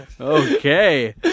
Okay